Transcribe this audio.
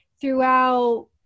throughout